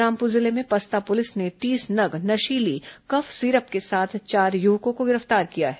बलरामपुर जिले में पसता पुलिस ने तीस नग नशीली कफ सिरप के साथ चार युवकों को गिरफ्तार किया है